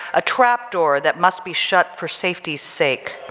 a trap door that must be shut for safety's sake,